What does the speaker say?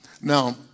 Now